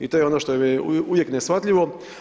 I to je ono što mi je uvijek neshvatljivo.